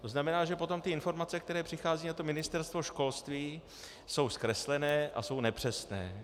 To znamená, že potom informace, které přicházejí na Ministerstvo školství, jsou zkreslené a jsou nepřesné.